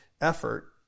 effort